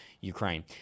Ukraine